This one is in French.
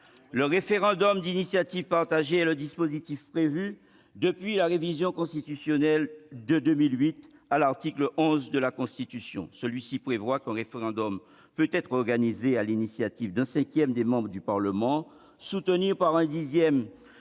Le référendum d'initiative partagée est le dispositif prévu, depuis la révision constitutionnelle de 2008, à l'article 11 de la Constitution. Celui-ci prévoit qu'un référendum peut être organisé « à l'initiative d'un cinquième des membres du Parlement, soutenue par un dixième